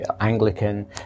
Anglican